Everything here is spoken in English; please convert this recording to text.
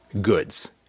goods